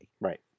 Right